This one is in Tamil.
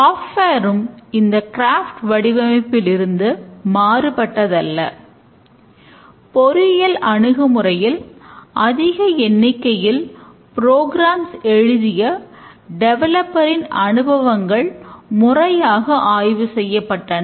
சாஃப்ட்வேர் இன் அனுபவங்கள் முறையாக ஆய்வு செய்யப்பட்டன